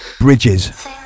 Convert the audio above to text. Bridges